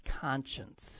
conscience